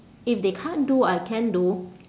if they can't do I can do